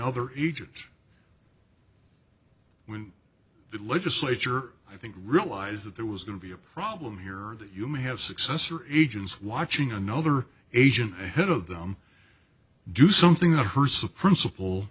other egypt when the legislature i think realized that there was going to be a problem here that you may have successor agents watching another asian ahead of them do something a hearse a princip